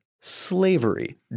slavery